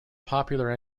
popular